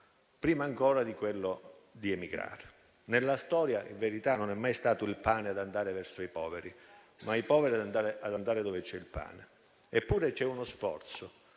prima ancora di quello a emigrare. Nella storia in verità non è mai stato il pane ad andare verso i poveri, ma sono i poveri ad andare dove c'è il pane. Eppure, c'è uno sforzo